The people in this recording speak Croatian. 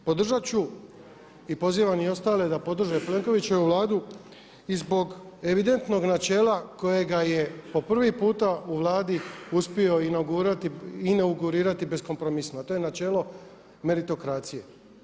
Podržat ću i pozivam i ostale da podrže Plenkovićevu vladu i zbog evidentnog načela kojega je po prvi puta u Vladi uspio inaugurirati bez kompromizma, a to je načelo meritokracije.